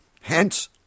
Hence